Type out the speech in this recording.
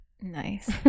nice